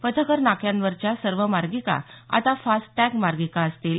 पथकर नाक्यांवरच्या सर्व मार्गिका आता फास्ट टॅग मार्गिका असतील